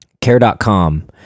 care.com